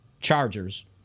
Chargers